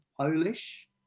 Polish